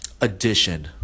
Addition